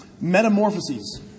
Metamorphoses